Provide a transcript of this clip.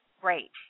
great